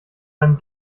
einem